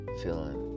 feeling